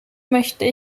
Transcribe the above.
möchte